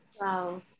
Wow